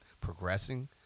progressing